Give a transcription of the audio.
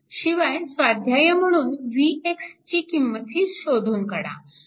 शिवाय स्वाध्याय म्हणून Vx ची किंमतही शोधून काढा